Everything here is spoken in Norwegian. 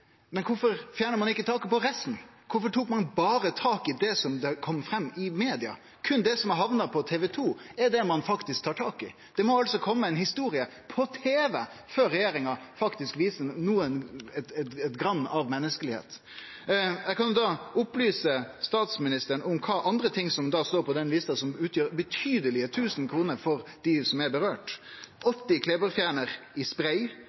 men kvifor fjernar ein ikkje taket på resten? Kvifor tok ein berre tak i det som kom fram i media? Berre det som har hamna på TV 2, er det ein tar tak i. Det må altså kome ei historie på tv før regjeringa viser eit grann av menneskelegheit. Eg kan opplyse statsministeren om kva for andre ting som står på kvotelista, og som utgjer betydelege tusenar av kroner for dei som blir råka: 80 klebefjernarar i